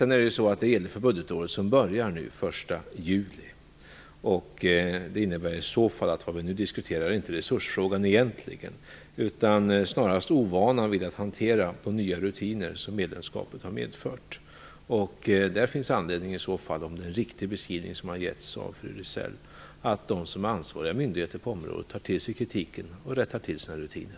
Det är ett nytt budgetår som börjar den 1 juli. Det innebär att det vi nu diskuterar egentligen inte gäller resursfrågan utan snarast ovanan att hantera de nya rutiner som medlemskapet har medfört. Där finns det anledning, om det är en riktig beskrivning som getts av fru Rizell, att de ansvariga myndigheterna på området tar till sig kritiken och rättar till sina rutiner.